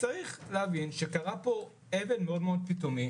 צריך להבין שקרה פה משהו פתאומי